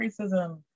racism